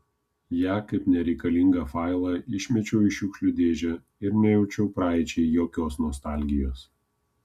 ją kaip nereikalingą failą išmečiau į šiukšlių dėžę ir nejaučiau praeičiai jokios nostalgijos